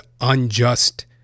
unjust